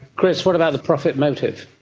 chris, what about the profit motive?